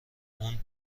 اون